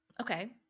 Okay